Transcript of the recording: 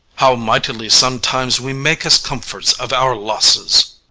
how mightily sometimes we make us comforts of our losses!